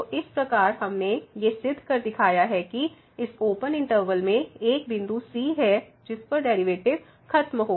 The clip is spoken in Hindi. तो इस प्रकार हमने ये सिद्ध कर दिखाया कि इस ओपन इंटरवल में एक बिन्दु c है जिस पर डेरिवेटिव खत्म होगा